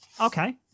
Okay